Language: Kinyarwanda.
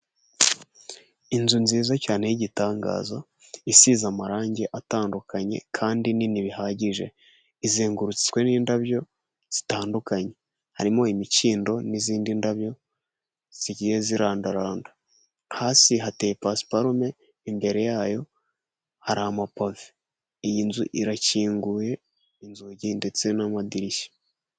Inzu nziza cyane y'igitangaza isize amarangi atandukanye kandi nini bihagije izengurutswe n'indabyo zitandukanye harimo imikindo n'izindi ndabyo zigiye zirandaranda hasi hateye pasiparume imbere yaho hari amapave iyi nzu irakinguye inzugi ndetse n'amadirishya.